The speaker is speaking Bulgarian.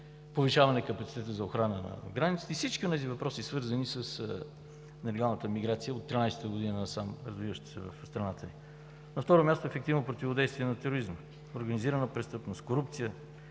повишаване капацитета за охрана на границата и всички онези въпроси, свързани с нелегалната миграция от 2013 г. насам, развиваща се в страната ни. На второ място, ефективно противодействие на тероризма, организирана престъпност, корупция.